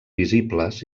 visibles